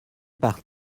par